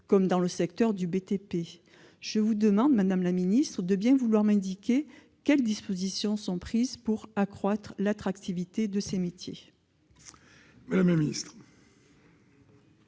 comme dans le secteur du BTP, je vous demande, madame la ministre, de bien vouloir m'indiquer les dispositions qui sont prises pour accroître l'attractivité de ces métiers. La parole est